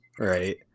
Right